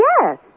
yes